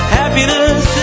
happiness